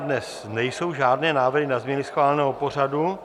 Z grémia dnes nejsou žádné návrhy na změny schváleného pořadu.